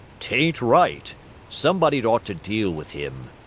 t ain't right somebody'd ought to deal with him.